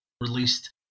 released